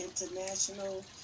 International